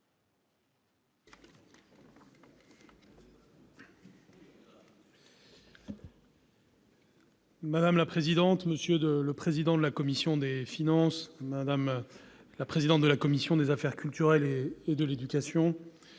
Madame la présidente, monsieur le président de la commission des finances, madame la présidente de la commission de la culture, de l'éducation